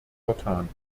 vertan